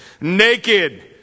naked